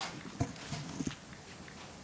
שימוש בתוארו".